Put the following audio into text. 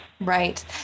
Right